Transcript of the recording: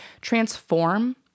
transform